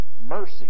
mercy